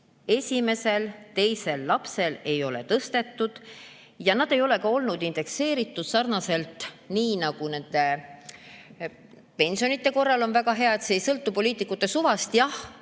esimese-teise lapse toetust ei ole tõstetud ja need ei ole ka olnud indekseeritud sarnaselt, nagu nende pensionide korral on väga hea, et see ei sõltu poliitikute suvast. Jah,